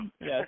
yes